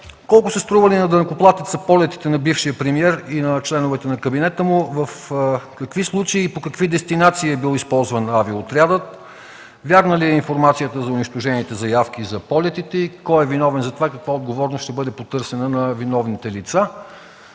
колко са стрували на данъкоплатеца полетите на бившия премиер и на членовете на кабинета му? В какви случаи и по какви дестинации е бил използван Авиоотрядът? Вярна ли е информацията за унищожените заявки за полетите? Кой е виновен за това и каква отговорност ще бъде потърсена на виновните лица?